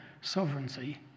sovereignty